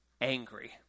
Angry